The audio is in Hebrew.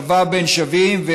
שווה בין שווים,